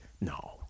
no